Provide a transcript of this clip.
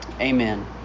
Amen